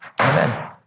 Amen